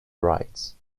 writes